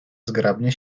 zgrabnie